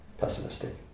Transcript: pessimistic